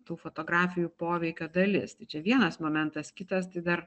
tų fotografijų poveikio dalis tai čia vienas momentas kitas tai dar